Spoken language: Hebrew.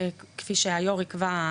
שפי שהיו"ר יקבע,